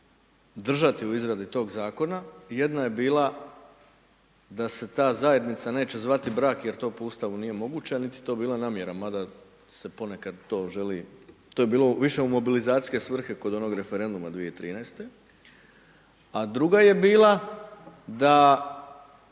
držati u izradi toga Zakona. Jedna je bila da se ta zajednica neće zvati brak, jer to po Ustavu nije moguće, a niti je to bila namjera, mada se ponekad to želi, to je bilo više u mobilizacijske svrhe kod onog referenduma 2013., a druga je bila da